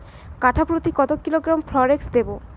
কাঠাপ্রতি কত কিলোগ্রাম ফরেক্স দেবো?